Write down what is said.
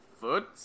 foot